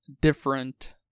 different